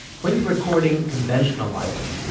when you're recording conventional lights,